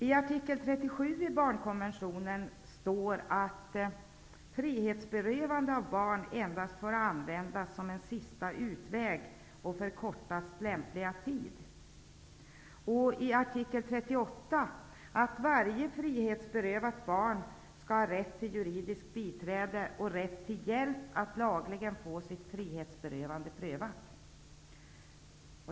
I artikel 37 i barnkonventionen står att frihetsberövande av barn endast får användas som en sista utväg och för kortast lämpliga tid, och i artikel 38 står att varje frihetsberövat barn skall ha rätt till juridiskt biträde och rätt till hjälp att lagligen få sitt frihetsberövande prövat.